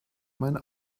mein